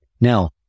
Now